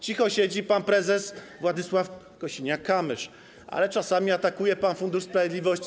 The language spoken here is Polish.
Cicho siedzi pan prezes Władysław Kosiniak-Kamysz, ale czasami atakuje pan Fundusz Sprawiedliwości.